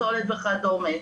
פסולת וכדומה.